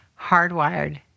hardwired